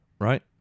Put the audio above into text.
right